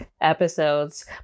episodes